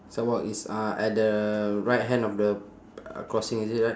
sidewalk it's uh at the right hand of the crossing is it right